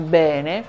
bene